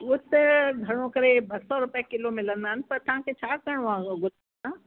उहा त घणो करे ॿ सौ रुपए किलो मिलंदा इन पर तव्हांखे छा करिणो आहे गुल